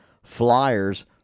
flyers